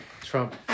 Trump